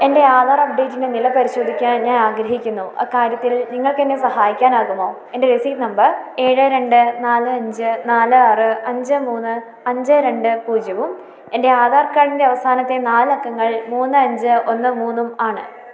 എൻ്റെ ആധാർ അപ്ഡേറ്റിൻ്റെ നില പരിശോധിക്കാൻ ഞാൻ ആഗ്രഹിക്കുന്നു അക്കാര്യത്തിൽ നിങ്ങൾക്കെന്നെ സഹായിക്കാനാകുമോ എൻ്റെ രസീത് നമ്പർ ഏഴ് രണ്ട് നാല് അഞ്ച് നാല് ആറ് അഞ്ച് മൂന്ന് അഞ്ച് രണ്ട് പൂജ്യവും എൻ്റെ ആധാർ കാർഡിൻ്റെ അവസാനത്തെ നാലക്കങ്ങൾ മൂന്ന് അഞ്ച് ഒന്ന് മൂന്നുമാണ്